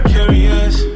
Curious